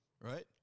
right